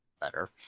better